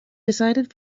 decided